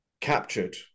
captured